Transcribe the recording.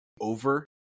over